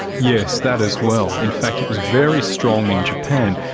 yes, that as well. in fact, it was very strong in japan.